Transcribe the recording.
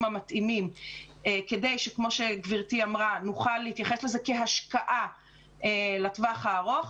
המתאימים כדי שכמו שגברתי אמרה נוכל להתייחס לזה כהשקעה לטווח הארוך,